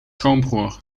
schoonbroer